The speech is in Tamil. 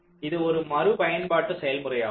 இது ஒரு மறு பயன்பாடு செயல்முறையாகும்